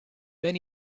then